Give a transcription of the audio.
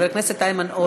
חבר הכנסת איימן עודה.